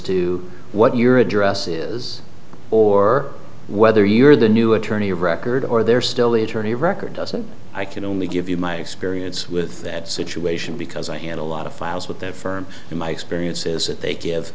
to what your address is or whether you're the new attorney of record or they're still the attorney of record doesn't i can only give you my experience with that situation because i had a lot of files with their firm in my experience is that they give